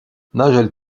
nigel